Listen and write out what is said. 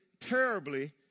terribly